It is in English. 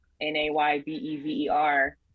n-a-y-b-e-v-e-r